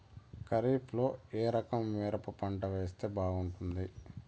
ఖరీఫ్ లో ఏ రకము మిరప పంట వేస్తే బాగుంటుంది